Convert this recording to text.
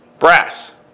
Brass